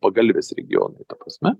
pagalvės regionai ta prasme